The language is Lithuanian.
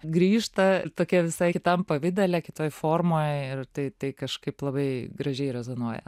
grįžta tokia visai kitam pavidale kitoj formoj ir tai tai kažkaip labai gražiai rezonuoja